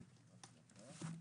תודה.